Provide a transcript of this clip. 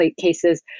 cases